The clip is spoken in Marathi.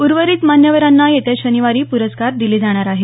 उर्वरित मान्यवरांना येत्या शनिवारी पुरस्कार दिले जाणार आहेत